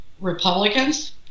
Republicans